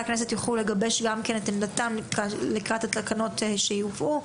הכנסת יוכלו לגבש את עמדתם לקראת התקנות שיובאו.